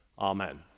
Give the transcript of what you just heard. Amen